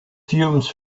fumes